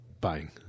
buying